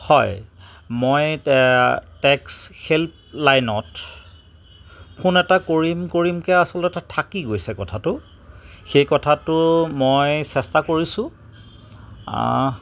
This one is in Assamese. হয় মই টেক্স হেল্প লাইনত ফোন এটা কৰিম কৰিম কে আচলতে থাকি গৈছে কথাটো সেই কথাটো মই চেষ্টা কৰিছোঁ